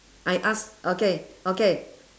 I ask okay okay